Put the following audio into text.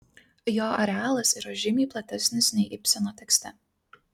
jo arealas yra žymiai platesnis nei ibseno tekste